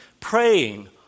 Praying